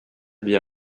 bien